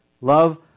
Love